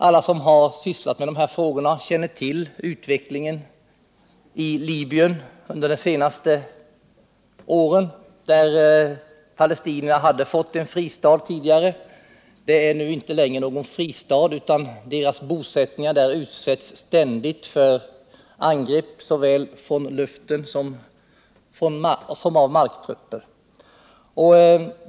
Alla som har sysslat med dessa frågor känner till utvecklingen i Libyen under de senaste åren, där palestinierna hade fått en fristad tidigare. Det är nu inte längre någon fristad, utan palestiniernas bosättningar där utsätts ständigt för angrepp både från luften och av marktrupper.